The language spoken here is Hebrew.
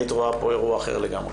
היית רואה פה אירוע אחר לגמרי.